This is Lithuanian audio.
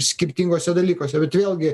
skirtinguose dalykuose bet vėlgi